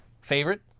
favorite